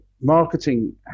marketing